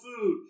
food